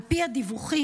על פי הדיווחים,